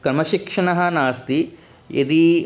क्रमशिक्षणं नास्ति यदि